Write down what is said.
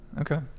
Okay